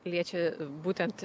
liečia būtent